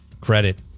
Credit